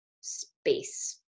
space